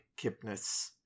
Kipnis